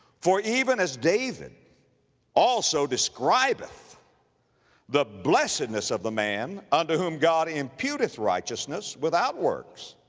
for even as david also describeth the blessedness of the man unto whom god imputeth righteousness without works,